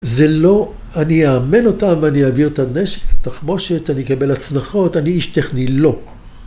זה לא, אני אאמן אותם ואני אעביר את הנשק, תחמושת, אני אקבל הצלחות, אני איש טכני, לא.